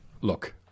look